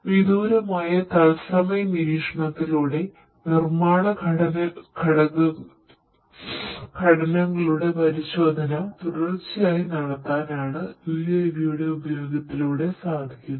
വിദൂരമായ തത്സമയ നിരീക്ഷണത്തിലൂടെ നിർമ്മാണ ഘടനകളുടെ പരിശോധന തുടർച്ചയായി നടത്താണ് UAV യുടെ ഉപയോഗത്തിലൂടെ സാധിക്കുന്നു